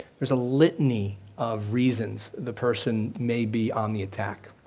there's a litany of reasons the person may be on the attack.